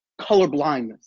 colorblindness